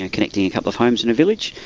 ah connecting a couple of homes in a village,